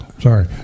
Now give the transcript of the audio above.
Sorry